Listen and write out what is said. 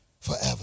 forever